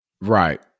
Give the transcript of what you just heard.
Right